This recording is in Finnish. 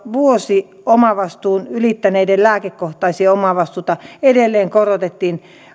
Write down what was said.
vuosiomavastuun ylittäneiden lääkekohtaisia omavastuita edelleen korotettiin